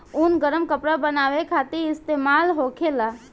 ऊन गरम कपड़ा बनावे खातिर इस्तेमाल होखेला